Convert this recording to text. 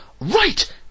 right